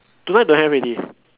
tonight don't have already